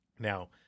Now